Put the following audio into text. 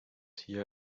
hier